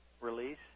release